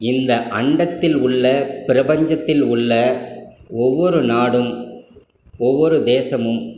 இந்த அண்டத்தில் உள்ள பிரபஞ்சத்தில் உள்ள ஒவ்வொரு நாடும் ஒவ்வொரு தேசமும்